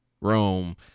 Rome